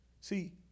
See